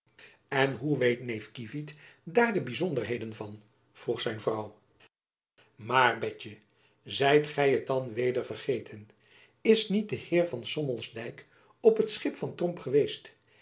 en hoe weet neef kievit daar de byzonderheden van vroeg zijn vrouw maar betjen zijt gj het dan weder vergeten is niet de heer van sommelsdijck op het schip van tromp geweest